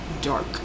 dark